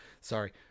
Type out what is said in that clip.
Sorry